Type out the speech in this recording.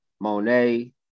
Monet